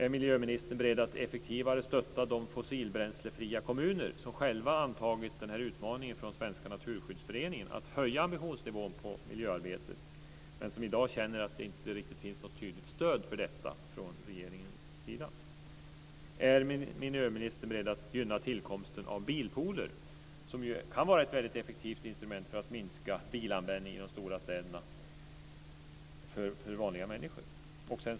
Är miljöministern beredd att effektivare stötta de fossilbränslefria kommuner som själva antagit utmaningen från Svenska naturskyddsföreningen att höja ambitionsnivån på miljöarbetet men som i dag känner att det inte riktigt finns något tydligt stöd för detta från regeringens sida? Är miljöministern beredd att gynna tillkomsten av bilpooler, som kan vara ett väldigt effektivt instrument för att minska bilanvändningen i de stora städerna för vanliga människor?